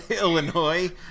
illinois